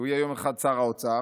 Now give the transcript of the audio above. יהיה יום אחד שר האוצר,